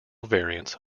variants